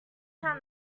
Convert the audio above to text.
down